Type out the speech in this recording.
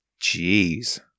Jeez